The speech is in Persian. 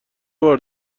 بار